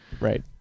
Right